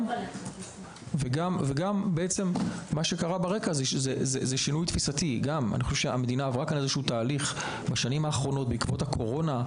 אני חושב שהמדינה עברה כאן תהליך בעקבות הקורונה.